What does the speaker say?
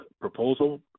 proposal